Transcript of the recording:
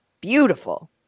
Beautiful